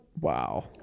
Wow